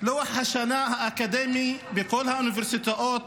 לוח השנה האקדמי בכל האוניברסיטאות,